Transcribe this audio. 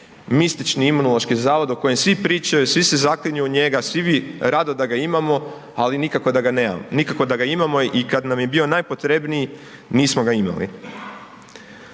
mistični Imunološki zavod o kojem svi pričaju, svi se zaklinju u njega, svi bi rado da ga imamo, ali nikako da ga imamo i kad nam je bio najpotrebniji, nismo ga imali.